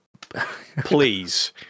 please